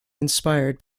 inspired